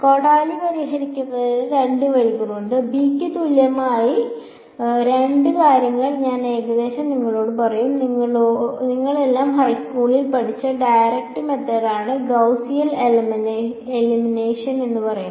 കോടാലി പരിഹരിക്കുന്നതിന് രണ്ട് വഴികളുണ്ട് ബിക്ക് തുല്യമായ രണ്ട് കാര്യങ്ങൾ ഞാൻ ഏകദേശം നിങ്ങളോട് പറയും നിങ്ങളെല്ലാം ഹൈസ്കൂളിൽ പഠിച്ച ഡയറക്ട് മെത്തേഡാണ് ഗൌസിയൻ എലിമിനേഷൻ എന്ന് പറയുന്നത്